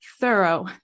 thorough